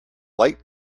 light